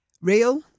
real